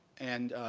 and